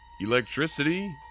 electricity